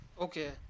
Okay